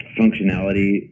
functionality